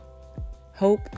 hope